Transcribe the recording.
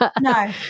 No